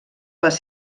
les